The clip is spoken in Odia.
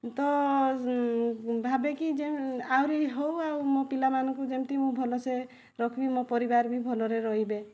ତ ଭାବେ କି ଯେ ଆହୁରି ହଉ ଆଉ ମୋ ପିଲାମାନଙ୍କୁ ଯେମତି ମୁଁ ଭଲସେ ରଖିବି ମୋ ପରିବାର ବି ଭଲରେ ରହିବେ